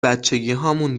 بچگیهامون